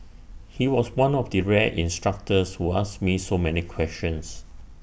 he was one of the rare instructors who asked me so many questions